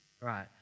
right